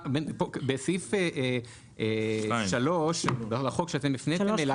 בסעיף 3 שאתם הפניתם אליו,